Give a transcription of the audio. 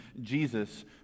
Jesus